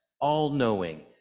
all-knowing